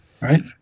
Right